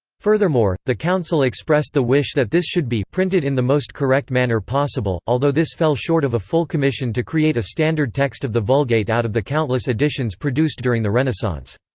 furthermore, the council expressed the wish that this should be printed in the most correct manner possible although this fell short of a full commission to create a standard text of the vulgate out of the countless editions produced during the renaissance.